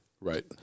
Right